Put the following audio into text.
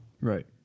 Right